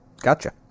Gotcha